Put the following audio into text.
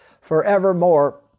forevermore